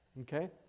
okay